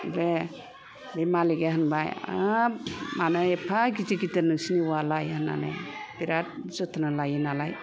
बे बे मालिका होनबाय हाब मानो एफा गिदिर गिदिर नोंसोरनो औवालाय बिराथ जोथोन लायो नालाय